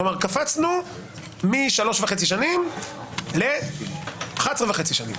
קפצנו משלוש וחצי שנים ל-11.5 שנים.